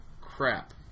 crap